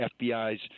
FBI's